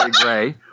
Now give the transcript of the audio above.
gray